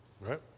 right